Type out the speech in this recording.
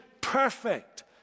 perfect